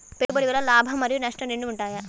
పెట్టుబడి వల్ల లాభం మరియు నష్టం రెండు ఉంటాయా?